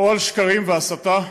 או על שקרים והסתה,